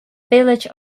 village